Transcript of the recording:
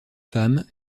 femmes